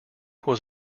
was